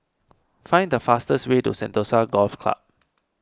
find the fastest way to Sentosa Golf Club